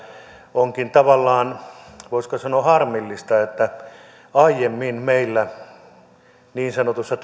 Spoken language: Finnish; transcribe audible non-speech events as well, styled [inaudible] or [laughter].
onkin tavallaan voisiko sanoa harmillista että aiemmin meillä niin sanotuissa [unintelligible]